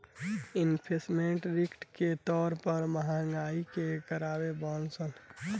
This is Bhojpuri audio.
इन्वेस्टमेंट रिस्क के तौर पर महंगाई के कारण मानल जाला